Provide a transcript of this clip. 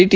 T